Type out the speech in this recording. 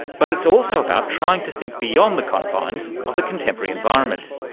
but it's also about trying to think beyond the confines of the contemporary environment.